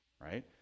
right